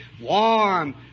Warm